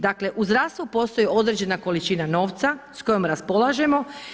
Dakle, u zdravstvu postoji određena količina novca s kojom raspolažemo.